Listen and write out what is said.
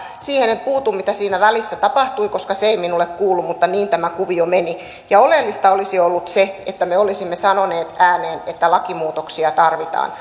siihen en puutu mitä siinä välissä tapahtui koska se ei minulle kuulu mutta niin tämä kuvio meni oleellista olisi ollut se että me olisimme sanoneet ääneen että lakimuutoksia tarvitaan